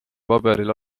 paberil